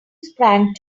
sprang